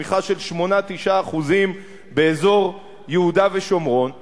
צמיחה של 9% 8% באזור יהודה ושומרון,